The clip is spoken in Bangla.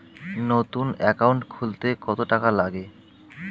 নতুন একাউন্ট খুলতে কত টাকা লাগে?